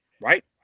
right